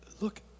look